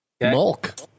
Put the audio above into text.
Milk